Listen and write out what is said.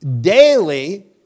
daily